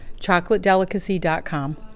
Chocolatedelicacy.com